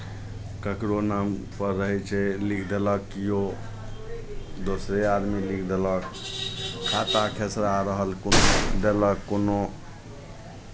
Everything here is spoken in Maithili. ककरो नामपर रहै छै लिख देलक किओ दोसरे आदमी लिख देलक खाता खेसरा रहल कोनो देलक कोनो